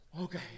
Okay